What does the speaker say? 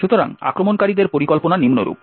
সুতরাং আক্রমণকারীদের পরিকল্পনা নিম্নরূপ